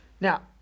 Now